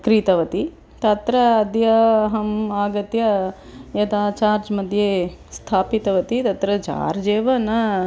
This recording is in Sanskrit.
क्रीतवती तत्र अद्य अहम् आगत्य यदा चार्ज्मध्ये स्थापितवती तत्र चार्ज् एव न